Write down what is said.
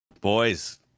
Boys